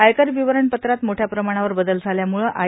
आयकर विवरणपत्रात मोठ्या प्रमाणावर बदल झाल्यामुळे आय